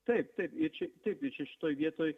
taip taip ir čia taip tai čia šitoj vietoj